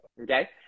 Okay